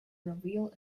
reveal